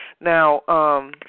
Now